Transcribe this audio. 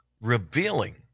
revealing